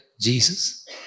Jesus